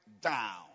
down